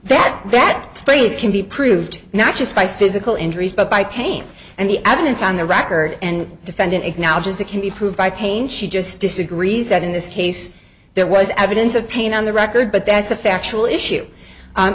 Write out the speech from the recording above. that phrase can be proved not just by physical injuries but by came and the evidence on the record and the defendant acknowledges that can be proved by pain she just disagrees that in this case there was evidence of pain on the record but that's a factual issue